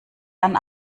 dann